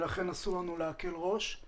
לכן אסור לנו להקל ראש.